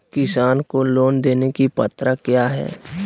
किसान को लोन लेने की पत्रा क्या है?